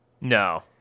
No